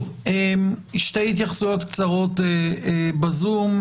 שתי התייחסות קצרות בזום.